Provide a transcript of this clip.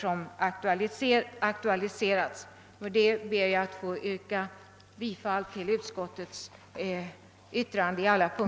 Herr talman! Med det anförda ber jag att på alla punkter få yrka bifall till utskottets hemställan.